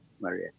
Maria